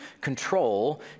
control